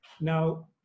Now